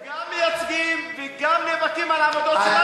אנחנו גם מייצגים וגם נאבקים על העמדות שלנו,